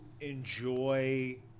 enjoy